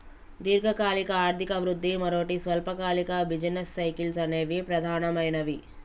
దీర్ఘకాలిక ఆర్థిక వృద్ధి, మరోటి స్వల్పకాలిక బిజినెస్ సైకిల్స్ అనేవి ప్రధానమైనవి